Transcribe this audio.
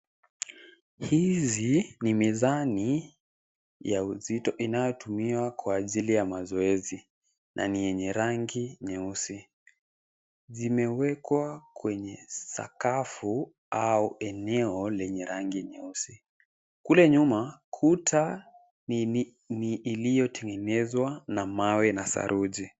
Hizi ni mizani ya uzito inayotumiwa kwa ajili ya mazoezi na ni yenye rangi nyeusi. Zimewekwa kwenye sakafu au eneo lenye rangi nyeusi. Kule nyuma, kuta ni iliyotengenezwa na mawena saruji.